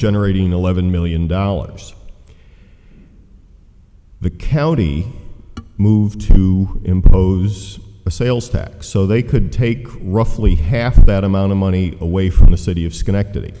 generating eleven million dollars the county moved to impose a sales tax so they could take roughly half that amount of money away from the city of schenectady